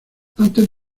antes